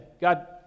God